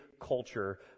culture